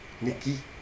Nikki